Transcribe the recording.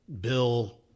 Bill